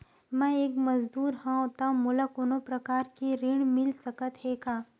मैं एक मजदूर हंव त मोला कोनो प्रकार के ऋण मिल सकत हे का?